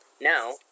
now